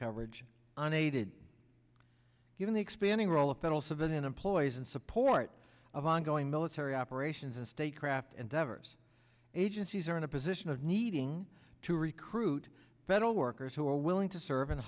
coverage on aided given the expanding role of federal civilian employees in support of ongoing military operations and state craft and diverse agencies are in a position of needing to recruit federal workers who are willing to serve